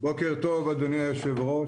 טוב, אדוני היושב-ראש.